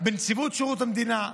בנציבות שירות המדינה,